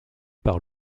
par